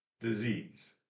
Disease